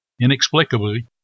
Inexplicably